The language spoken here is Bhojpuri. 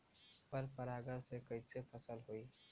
पर परागण से कईसे फसल होई?